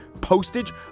postage